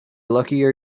luckier